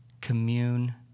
commune